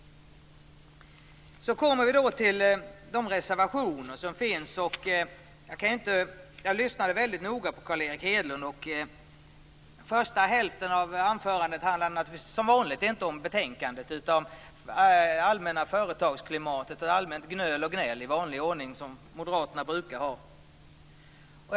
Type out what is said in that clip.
Sedan kommer vi till de reservationer som finns. Jag lyssnade väldigt noga på Carl Erik Hedlund. Första hälften av anförandet handlade som vanligt inte om betänkandet utan om det allmänna företagsklimatet - allmänt gnöl och gnäll i vanlig ordning, såsom det brukar vara från moderaternas sida.